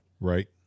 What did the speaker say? right